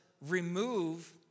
remove